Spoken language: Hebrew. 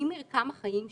ממרקם החיים שלהם.